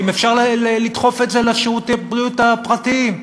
אם אפשר לדחוף את זה לשירותי הבריאות הפרטיים.